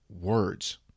words